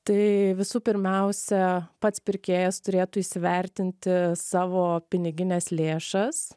tai visų pirmiausia pats pirkėjas turėtų įsivertinti savo pinigines lėšas